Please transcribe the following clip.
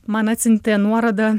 man atsiuntė nuorodą